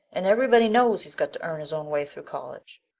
and everybody knows he's got to earn his own way through college.